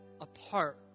apart